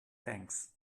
thanks